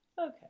Okay